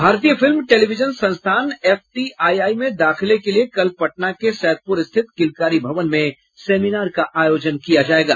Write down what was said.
भारतीय film television संस्थान FTII में दाखिले के लिये कल पटना के सैदपुर स्थित किलकारी भवन में सेमिनार का आयोजन किया जायेगा